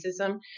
racism